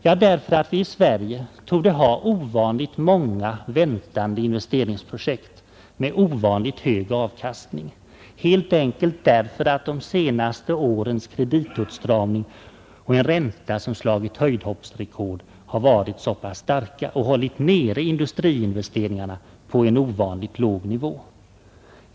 Jo, därför att vi i Sverige torde ha ovanligt många väntande investeringsprojekt med ovanligt hög avkastning — helt enkelt därför att de senaste årens kreditåtstramning och en ränta som slagit höjdhoppsrekord har hållit nere industriinvesteringarna på en ovanligt låg nivå.